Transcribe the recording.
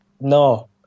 no